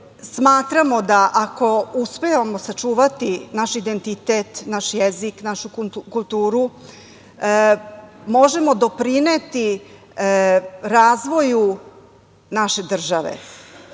smatramo da ako uspevamo sačuvati naš identitet, naš jezik, našu kulturu možemo doprineti razvoju naše države. Neko